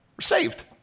saved